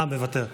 אה, מוותר.